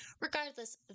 regardless